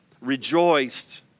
rejoiced